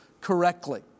correctly